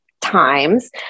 times